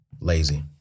lazy